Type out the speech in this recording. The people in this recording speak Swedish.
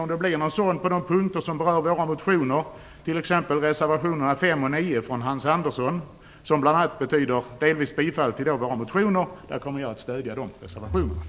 Om det blir votering på de punkter som berör våra motioner, t.ex. reservationerna 5 och 9 från Hans Andersson som delvis betyder bifall till våra motioner, kommer jag att stödja reservationerna.